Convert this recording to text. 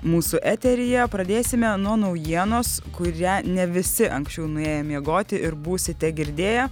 mūsų eteryje pradėsime nuo naujienos kurią ne visi anksčiau nuėję miegoti ir būsite girdėję